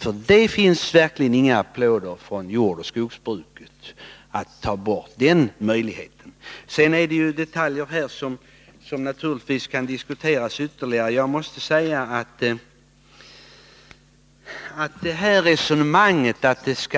Tar man bort den möjligheten blir det verkligen inga applåder från jordoch skogsbrukets sida. Sedan finns det naturligtvis detaljer som kan diskuteras ytterligare. Jag måste säga att det är